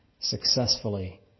successfully